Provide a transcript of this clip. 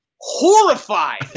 horrified